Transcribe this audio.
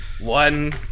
One